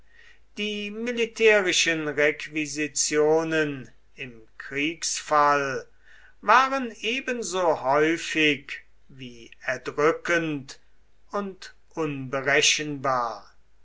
die militärischen requisitionen im kriegsfall waren ebenso häufig wie erdrückend und unberechenbar